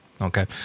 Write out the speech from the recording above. Okay